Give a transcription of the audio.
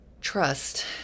trust